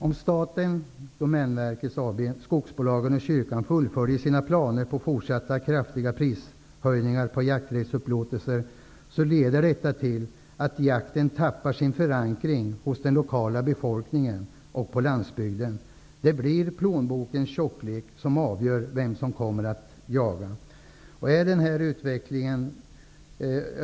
Om staten, Domänverket, skogsbolagen och kyrkan fullföljer sina planer på fortsatt kraftiga prishöjningar på jakträttsupplåtelser leder detta till att jakten tappar sin förankring hos den lokala befolkningen på landsbygden. Det blir plånbokens tjocklek som avgör vem som kommer att kunna jaga.